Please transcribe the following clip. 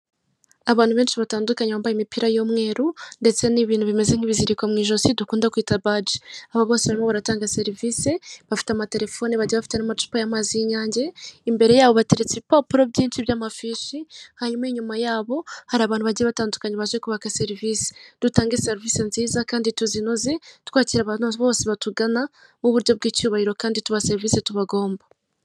Abantu benshi batandukanye bambaye imipira y'umweru, ndetse n'ibintu bimeze nk'ibiziriko mu ijosi dukunda kwita baji, aba bose barimo baratanga serivise, bafite amatelefoni bagiye bafite amacupa ya mazi y'Inyange, imbere yabo hateretse ibipapuro byinshi by'amafishi, hanyuma nyuma yabo hari abantu bagiye batandukanye baje kubaka serivise. Dutange serivisi nziza kandi tuzininoze twakira abantu bose batugana mu buryo bw'icyubahiro kandi tuba serivise tubagomba.